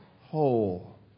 whole